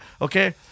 okay